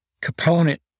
component